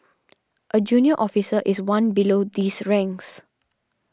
a junior officer is one below these ranks